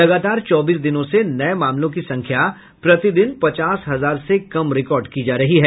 लगातार चौबीस दिनों से नए मामलों की संख्या प्रतिदिन पचास हजार से कम रिकार्ड की जा रही है